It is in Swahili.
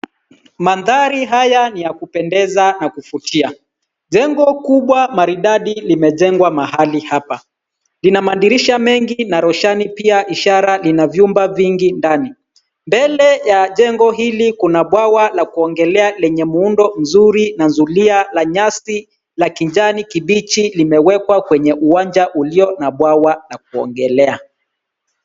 Mandhari haya ni ya kupendeza na kuvutia. Jengo kubwa maridadi limejengwa mahali hapa. Lina madirisha mengi na roshani pia ishara ina vyumba vingi ndani .mbele ya jengo hili Kuna bwawa la kuogelea, lenye muundo mzuri na zulia la nyasi , la kijani kibichi limewekwa kwenye uwanja ulio na bwawa la kuogelea.